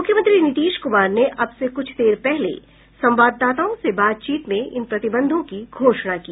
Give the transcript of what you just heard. मुख्यमंत्री नीतीश कुमार ने अब से कुछ देर पहले संवाददाताओं से बातचीत में इन प्रतिबंधों की घोषणा की